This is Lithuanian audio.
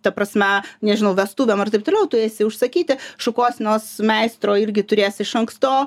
ta prasme nežinau vestuvėm ar taip toliau tu eisi užsakyti šukuosenos meistro irgi turėsi iš anksto